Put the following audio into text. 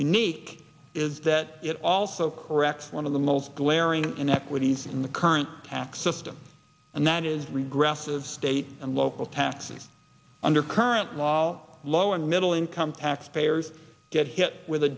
unique is that it also corrects one of the most glaring inequities in the current tax system and that is regressive state and local taxes under current law low and middle income taxpayers get hit with a